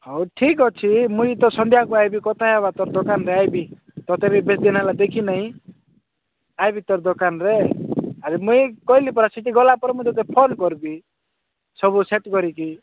ହଉ ଠିକ୍ ଅଛି ମୁଇଁ ତ ସନ୍ଧ୍ୟାକୁ ଆଇବି କଥା ହେବା ତୋର ଦୋକାନରେ ଆଇବି ତତେ ବି ବେଶ ଦିନ ହେଲା ଦେଖି ନାଇଁ ଆଇବି ତୋର ଦୋକାନରେ ଆରେ ମୁଇଁ କହିଲି ପରା ସେଠି ଗଲା ପରେ ମୁଇଁ ତତେ ଫୋନ୍ କରିବି ସବୁ ସେଟ୍ କରିକି